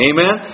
Amen